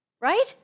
Right